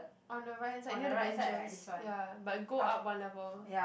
on the right hand side near the benches ya but go up one level